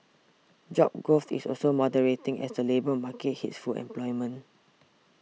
job growth is also moderating as the labour market hits full employment